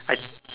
I